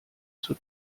zur